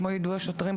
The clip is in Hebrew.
כמו יידוע השוטרים,